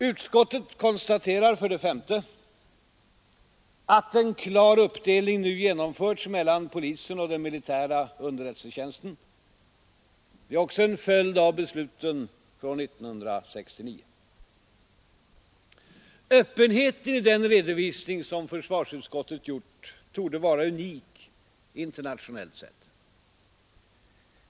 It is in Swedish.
Utskottet konstaterar, för det femte, att en klar uppdelning nu genomförts mellan polisen och den militära underrättelsetjänsten. Det är också en följd av besluten från 1969. Öppenheten i den redovisning som försvarsutskottet gjort torde vara unik internationellt sett.